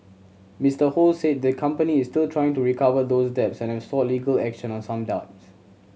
Mister Ho said the company is still trying to recover those debts and have sought legal action on some dims